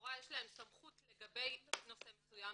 שלכאורה יש להם סמכות לגבי נושא מסוים,